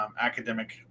academic